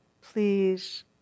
please